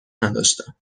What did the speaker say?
نداشتم